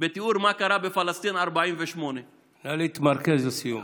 בתיאור מה קרה בפלסטין 48'. נא להתמרכז לסיום.